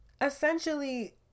essentially